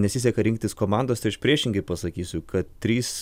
nesiseka rinktis komandos tai aš priešingai pasakysiu kad trys